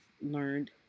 learned